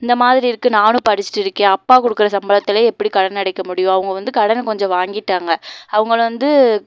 இந்தமாதிரி இருக்குது நானும் படிச்சிட்டு இருக்கேன் அப்பா கொடுக்குற சம்பளத்திலே எப்படி கடனை அடைக்க முடியும் அவுங்க வந்து கடனை கொஞ்சம் வாங்கிட்டாங்கள் அவங்கள வந்து